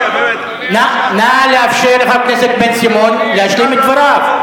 נא לאפשר לחבר הכנסת בן-סימון להשלים את דבריו.